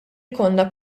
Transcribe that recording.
jkollna